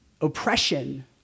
Oppression